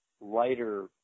lighter